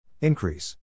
Increase